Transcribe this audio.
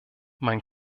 mein